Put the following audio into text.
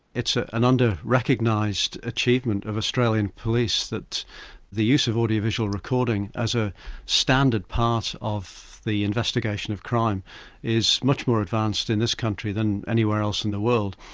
it's ah an under-recognised achievement of australian police that the use of audio-visual recording as a standard part of the investigation of crime is much more advanced in this country than anywhere else in the world.